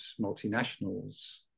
multinationals